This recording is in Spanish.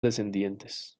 descendientes